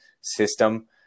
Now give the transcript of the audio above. system